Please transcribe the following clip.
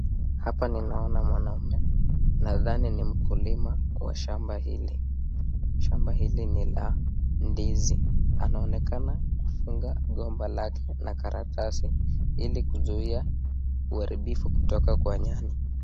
Hapa ninaona mwanaume, nadhani ni mkulima kwa shamba hili, shamba hili ni la ndizi. Anaonekana kufunga gomba lake na karatasi, ili kuzuia uharibifu kutoka kwa nyani.